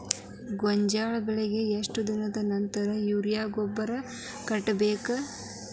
ಗೋಂಜಾಳ ಬೆಳೆಗೆ ಎಷ್ಟ್ ದಿನದ ನಂತರ ಯೂರಿಯಾ ಗೊಬ್ಬರ ಕಟ್ಟಬೇಕ?